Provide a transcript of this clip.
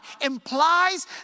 implies